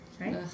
right